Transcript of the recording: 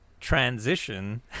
transition